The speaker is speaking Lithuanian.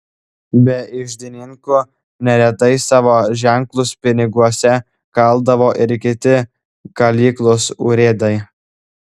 be iždininkų neretai savo ženklus piniguose kaldavo ir kiti kalyklos urėdai